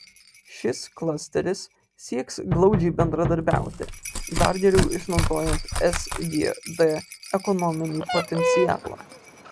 šis klasteris sieks glaudžiai bendradarbiauti dar geriau išnaudojant sgd ekonominį potencialą